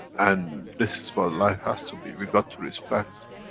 and this is what life has to be. we got to respect.